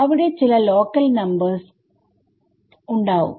അവിടെ ചില ലോക്കൽ നമ്പേഴ്സ്ഉണ്ടാവും